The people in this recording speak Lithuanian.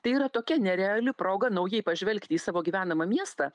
tai yra tokia nereali proga naujai pažvelgti į savo gyvenamą miestą